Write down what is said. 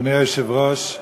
אדוני היושב-ראש,